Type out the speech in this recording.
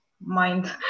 mind